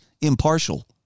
impartial